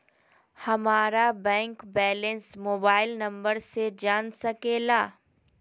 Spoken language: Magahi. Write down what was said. हमारा बैंक बैलेंस मोबाइल नंबर से जान सके ला?